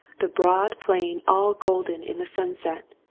the broad plain all golden in the sunset,